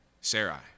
Sarai